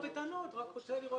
אני לא בטענות, רק רוצה לראות